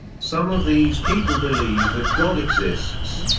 some of these people believe that god exists,